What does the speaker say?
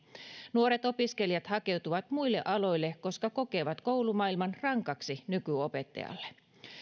nuoret opiskelijat hakeutuvat muille aloille koska kokevat koulumaailman rankaksi nykyopettajalle